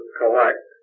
collect